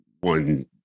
one